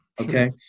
Okay